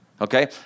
okay